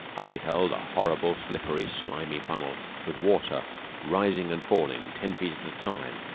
i beheld a horrible, slippery, slimy funnel with water rising and falling ten feet at a time.